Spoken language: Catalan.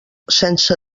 sense